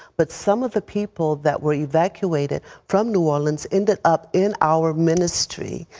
but some of the people that were evacuated from new orleans ended up in our ministry.